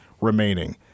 remaining